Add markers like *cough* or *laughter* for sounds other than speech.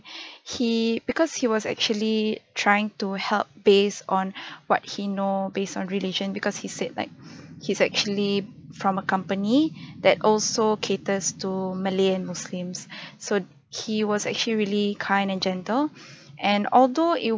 *breath* he because he was actually trying to help based on *breath* what he know based on religion because he said like *breath* he's actually from a company *breath* that also caters to malay and muslims *breath* so he was actually really kind and gentle *breath* and although it